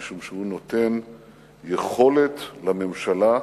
משום שהוא נותן יכולת לממשלה לתכנן,